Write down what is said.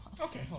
Okay